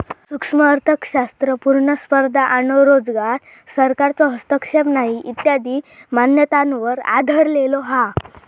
सूक्ष्म अर्थशास्त्र पुर्ण स्पर्धा आणो रोजगार, सरकारचो हस्तक्षेप नाही इत्यादी मान्यतांवर आधरलेलो हा